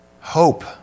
hope